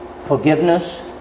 Forgiveness